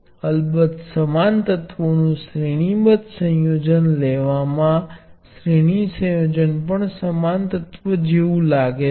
અને આ સમાંતરમાં રેઝિસ્ટર રાખવા જેવું જ છે